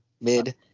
mid